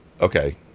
okay